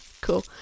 Cool